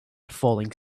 falling